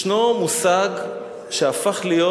יש מושג שהפך להיות,